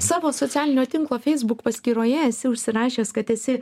savo socialinio tinklo facebook paskyroje esi užsirašęs kad esi